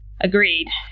Agreed